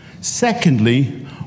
Secondly